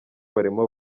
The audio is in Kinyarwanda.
barimo